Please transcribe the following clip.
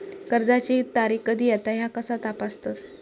कर्जाची तारीख कधी येता ह्या कसा तपासतत?